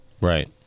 Right